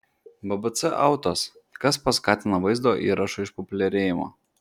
bbc autos kas paskatina vaizdo įrašo išpopuliarėjimą